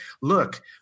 look